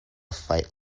fight